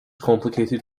complicated